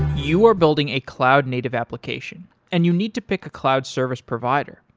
you are building a cloud-native application and you need to pick a cloud service provider.